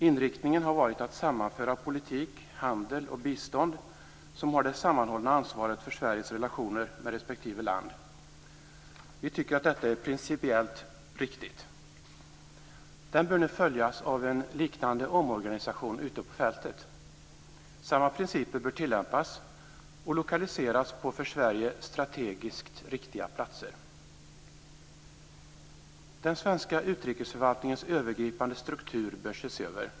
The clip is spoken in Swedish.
Inriktningen har varit att sammanföra politik, handel och bistånd och genom det få ett sammanhållet ansvar för Sveriges relationer med respektive land. Vi tycker att detta är principiellt riktigt. Detta bör nu följas av en liknande omorganisation ute på fältet. Samma principer bör tillämpas för lokalisering på för Sverige strategiskt riktiga platser. Den svenska utrikesförvaltningens övergripande struktur bör ses över.